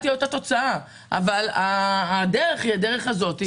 התוצאה תהיה אותה תוצאה אבל הדרך היא הדרך הזאת.